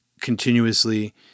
continuously